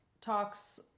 talks